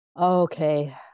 Okay